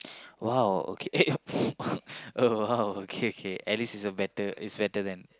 !wow! okay oh !wow! K K at least is a better is better than